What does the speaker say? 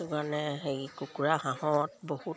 সেইটোকাৰণে হেৰি কুকুৰা হাঁহত বহুত